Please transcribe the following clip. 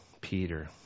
Peter